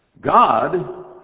God